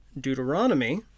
Deuteronomy